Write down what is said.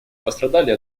пострадали